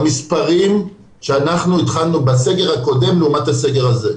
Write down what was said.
במספרים שהתחלנו בסגר הקודם לעומת הסגר הזה.